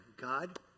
God